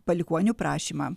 palikuonių prašymą